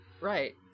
right